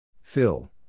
Phil